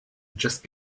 just